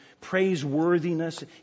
praiseworthiness